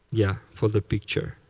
yeah, for the picture.